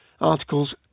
articles